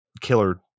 killer